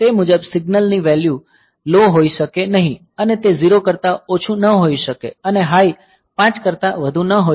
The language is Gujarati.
તે મુજબ સિગ્નલ ની વેલ્યૂ લો હોઈ શકે નહીં અને તે 0 કરતાં ઓછું ન હોઈ શકે અને હાઈ 5 કરતાં વધુ ન હોઈ શકે